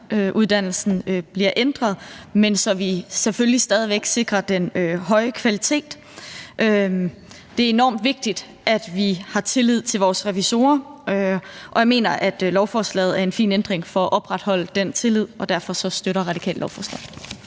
revisoruddannelsen bliver ændret, men så vi selvfølgelig stadig væk sikrer den høje kvalitet. Det er enormt vigtigt, at vi har tillid til vores revisorer, og jeg mener, at lovforslaget er en fin ændring for at opretholde den tillid, og derfor støtter Radikale lovforslaget.